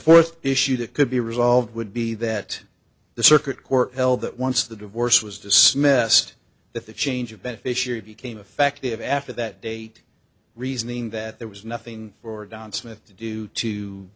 fourth issue that could be resolved would be that the circuit court held that once the divorce was dismissed that the change of beneficiary became effective after that date reasoning that there was nothing for don smith